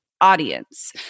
audience